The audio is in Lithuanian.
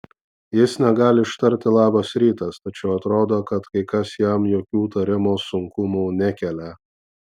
jis negali ištarti labas rytas tačiau atrodo kad kai kas jam jokių tarimo sunkumų nekelia